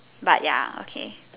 but ya okay